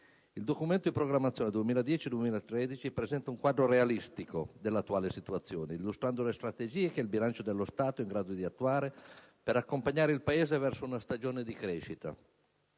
Il Documento di programmazione economico-finanziaria 2010-2013 presenta un quadro realistico dell'attuale situazione, illustrando le strategie che il bilancio dello Stato è in grado di attuare per accompagnare il Paese verso una stagione di crescita,